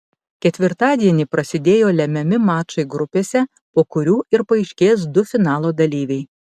ketvirtadienį prasidėjo lemiami mačai grupėse po kurių ir paaiškės du finalo dalyviai